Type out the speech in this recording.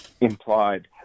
implied